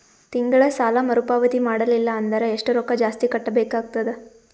ತಿಂಗಳ ಸಾಲಾ ಮರು ಪಾವತಿ ಮಾಡಲಿಲ್ಲ ಅಂದರ ಎಷ್ಟ ರೊಕ್ಕ ಜಾಸ್ತಿ ಕಟ್ಟಬೇಕಾಗತದ?